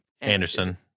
Anderson